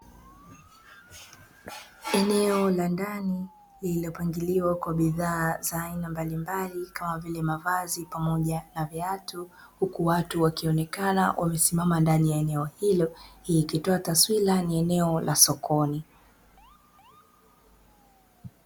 Eneo la ndani lililopangiliwa kwa bidhaa za aina mbalimbali kama vile mavazi pamoja na viatu, huku watu wakionekana wamesimama ndani ya eneo hilo hii ikitoa taswira ni eneo la sokoni.